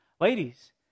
Ladies